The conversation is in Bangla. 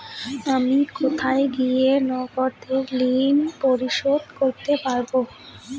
আমি কোথায় গিয়ে নগদে ঋন পরিশোধ করতে পারবো?